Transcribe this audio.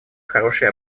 хороший